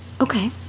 Okay